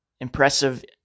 impressive